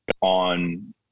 on